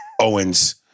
Owens